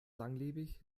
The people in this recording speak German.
langlebig